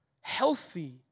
healthy